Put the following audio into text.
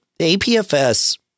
APFS